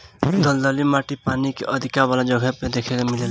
दलदली माटी पानी के अधिका वाला जगह पे देखे के मिलेला